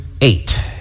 eight